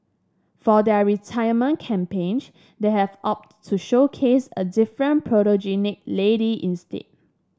for their retirement campaign they have opted to showcase a different photogenic lady instead